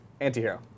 Antihero